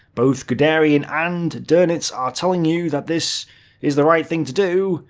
both guderian and donitz are telling you that this is the right thing to do.